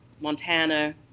Montana